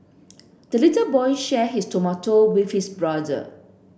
the little boy shared his tomato with his brother